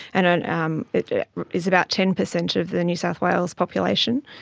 and and um it is about ten percent of the new south wales population.